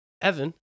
Evan